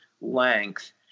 length